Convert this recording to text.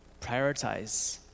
prioritize